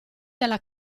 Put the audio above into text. dalla